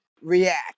react